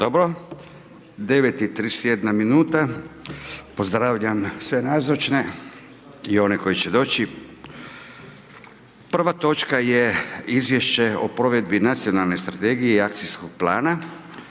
Dobro, 9,31h pozdravljam sve nazočne i one koji će doći. Prva točka je: - Izvješće o provedbi Nacionalne strategije i akcijskog plana